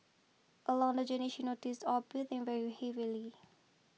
along the journey she noticed Aw breathing very heavily